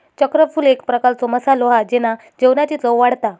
चक्रफूल एक प्रकारचो मसालो हा जेना जेवणाची चव वाढता